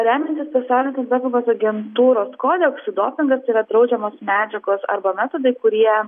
remiantis pasaulinės antidopingo agentūros kodeksu dopingas yra draudžiamos medžiagos arba metodai kurie